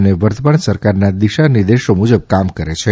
અને વર્તમાન સરકારના દિશા નિર્દેશો મુજબ કામ કરે છે